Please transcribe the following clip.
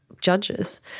judges